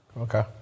Okay